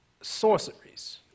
Sorceries